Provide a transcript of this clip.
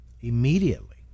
Immediately